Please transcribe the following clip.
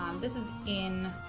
um this is in